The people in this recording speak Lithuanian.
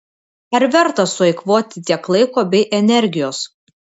ar verta sueikvoti tiek laiko bei energijos